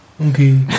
okay